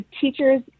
Teachers